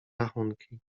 rachunki